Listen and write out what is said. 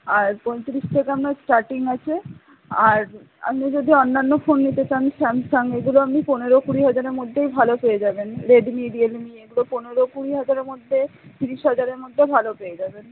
আর পঁয়ত্রিশ থেকে আপনার স্টার্টিং আছে আর আপনি যদি অন্যান্য ফোন নিতে চান স্যামসাং এইগুলো আপনি পনেরো কুড়ি হাজারের মধ্যেই ভালো পেয়ে যাবেন রেডমি রিয়েলমি এগুলো পনেরো কুড়ি হাজারের মধ্যে তিরিশ হাজারের মধ্যে ভালো পেয়ে যাবেন